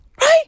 right